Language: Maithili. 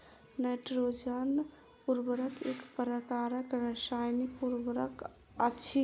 नाइट्रोजन उर्वरक एक प्रकारक रासायनिक उर्वरक अछि